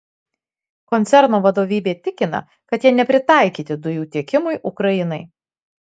koncerno vadovybė tikina kad jie nepritaikyti dujų tiekimui ukrainai